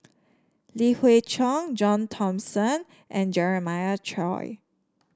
Li Hui Cheng John Thomson and Jeremiah Choy